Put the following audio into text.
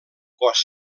cos